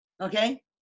Okay